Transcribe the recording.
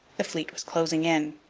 the fleet was closing in.